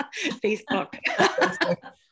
Facebook